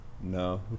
No